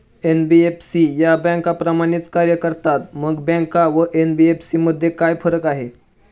NBFC या बँकांप्रमाणेच कार्य करतात, मग बँका व एन.बी.एफ.सी मध्ये काय फरक आहे?